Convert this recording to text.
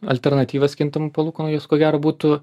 alternatyvas tas alternatyvas kintamų palūkanų jos ko gero būtų